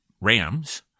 rams